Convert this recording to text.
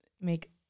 make